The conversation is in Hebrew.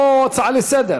אני חושבת